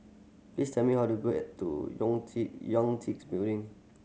please tell me how to go at to Building